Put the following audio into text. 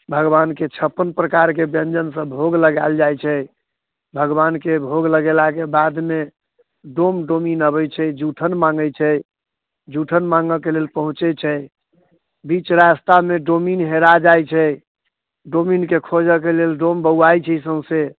भगवानके छप्पन प्रकारके व्यञ्जन सब भोग लगायल जाइ छै भगवानके भोग लगेलाके बादमे डोम डोमिन अबै छै जुठन माङ्गै छै जुठन माङ्क लेल पहुँचै छै बीच रस्तामे डोमिन हेरा जाइ छै डोमिनके खोजऽके लेल डोम बौआइ छै सौंसे